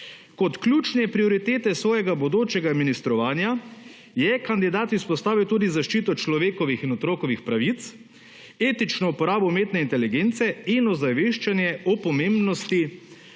Kot ključne prioritete svojega bodočega ministrovanja je kandidat izpostavil tudi zaščito človekovih in otrokovih pravic, etično uporabo umetne inteligence in ozaveščanje o pomembnosti